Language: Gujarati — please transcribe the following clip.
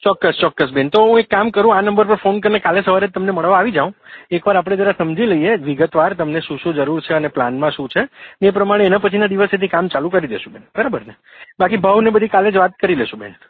ચોક્કસ ચોક્કસ બેન તો હું એક કામ કરું આ નંબર પર ફોન કરીને કાલે સવારે જ તમને મળવા આવી જાઉં એકવાર આપણે જરા સમજી લઈએ વિગતવાર તમને શું શું જરૂર છે અને પ્લાનમાં શું છે એ પ્રમાણે એના પછીના દિવસેથી કામ ચાલુ કરી દઇશું બેન બરાબરને બાકી ભાવને બધી કાલે જ વાત કરી લઇશું બેન